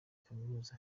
kaminuza